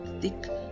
thick